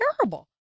terrible